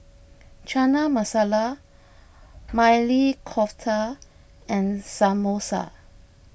Chana Masala Maili Kofta and Samosa